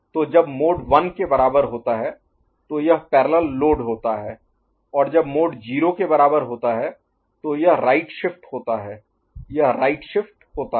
तो जब मोड 1 के बराबर होता है तो यह पैरेलल लोड होता है और जब मोड 0 के बराबर होता है तो यह राइट शिफ्ट होता है यह राइट शिफ्ट होता है